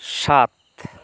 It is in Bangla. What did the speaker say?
সাত